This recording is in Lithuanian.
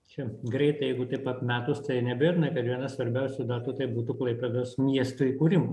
čia greitai jeigu taip apmetus tai neabejotinai kad viena svarbiausių datų tai būtų klaipėdos miesto įkūrimo